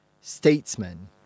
statesman